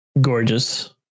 gorgeous